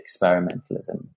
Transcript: experimentalism